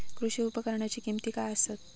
कृषी उपकरणाची किमती काय आसत?